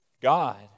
God